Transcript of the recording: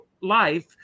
life